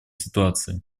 ситуации